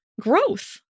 growth